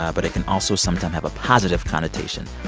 um but it can also sometimes have a positive connotation.